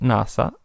Nasa